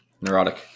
neurotic